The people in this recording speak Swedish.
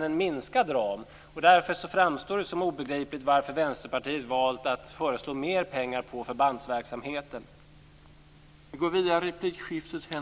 inom en minskad ram. Därför framstår det som obegripligt att Vänsterpartiet har valt att föreslå mer pengar till förbandsverksamheten.